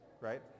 right